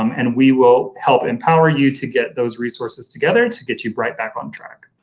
um and we will help empower you to get those resources together to get you right back on track.